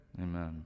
Amen